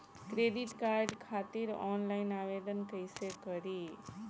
Credit card खातिर online आवेदन कइसे करि?